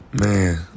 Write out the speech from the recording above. Man